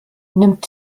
nimmt